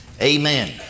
Amen